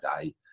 day